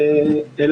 כועסת או לא כועסת,